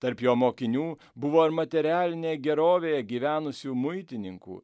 tarp jo mokinių buvo ir materialinėje gerovėje gyvenusių muitininkų